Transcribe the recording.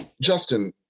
justin